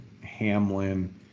Hamlin